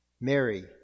Mary